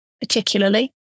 particularly